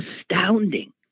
astounding